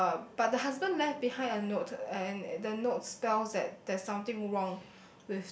uh but the husband left behind a note and the note spells that there's something wrong